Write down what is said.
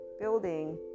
building